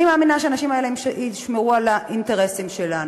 אני מאמינה שהאנשים האלה ישמרו על האינטרסים שלנו.